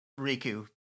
Riku